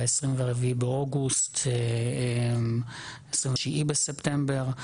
ב-24 באוגוסט עד ה-2 בספטמבר.